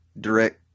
direct